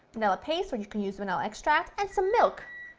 vanilla paste or you can use vanilla extract, and some milk.